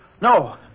no